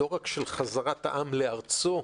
לא רק של חזרת העם לארצו,